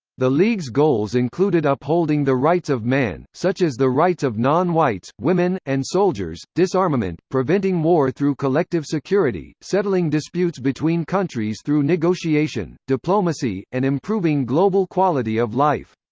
the league's goals included upholding the rights of man, such as the rights of non-whites, women, and soldiers disarmament, preventing war through collective security, settling disputes between countries through negotiation, diplomacy, and improving global quality of life.